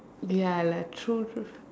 ya lah true true